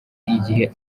igihe